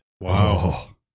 Wow